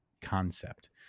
concept